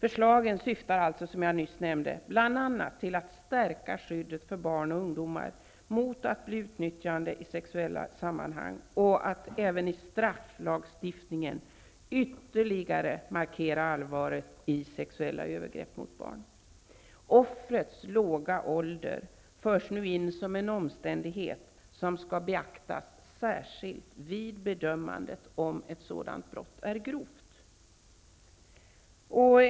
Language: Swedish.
Förslagen syftar alltså, som jag nyss nämnde, bl.a. till att stärka skyddet för barn och ungdomar mot att bli utnyttjade i sexuella sammanhang och till att även i strafflagstiftningen ytterligare markera allvaret i sexuella övergrepp mot barn. Offrets låga ålder förs nu in som en omständighet, som skall beaktas särskilt vid bedömandet av om ett sådant brott är grovt.